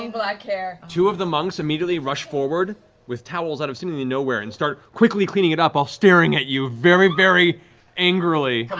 um black hair. matt two of the monks immediately rush forward with towels out of seemingly nowhere and start quickly cleaning it up while staring at you very, very angrily.